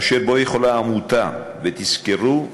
אשר בו יכולה העמותה, ותזכרו,